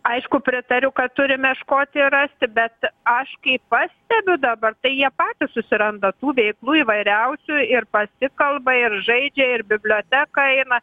aišku pritariu kad turime ieškoti rasti bet aš kaip pastebiu dabar tai jie patys susiranda tų veiklų įvairiausių ir pasikalba ir žaidžia ir biblioteką eina